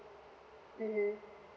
mmhmm